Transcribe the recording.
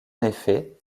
effet